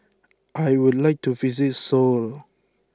I would like to visit Seoul